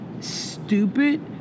stupid